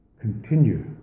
continue